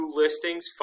listings